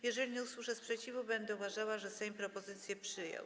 Jeżeli nie usłyszę sprzeciwu, będę uważała, że Sejm propozycję przyjął.